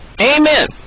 Amen